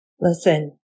Listen